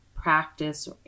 practice